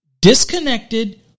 disconnected